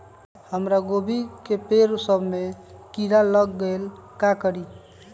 हमरा गोभी के पेड़ सब में किरा लग गेल का करी?